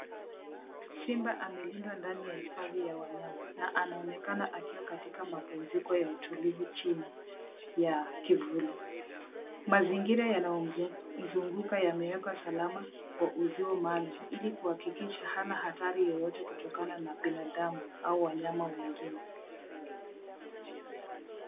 Simba amelindwa ndani ya hifadhi ya wanyama na anaonekana akiwa katika mapumziko ya utulivu chini ya kivuli. Mazingira yanayomzunguka yamewekwa salama kwa uzio maalum ili kuhakikisha hana hatari yoyote kutokana na binadamu au wanyama wengine.